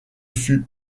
fut